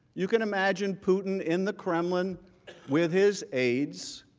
you can imagine putin in the kremlin with his aides,